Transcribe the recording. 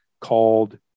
called